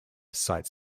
cite